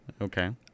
Okay